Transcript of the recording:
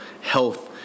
health